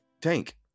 Tank